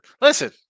Listen